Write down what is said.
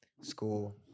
School